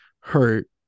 hurt